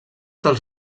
dels